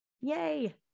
Yay